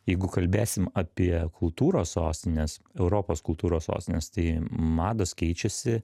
jeigu kalbėsim apie kultūros sostines europos kultūros sostines tai mados keičiasi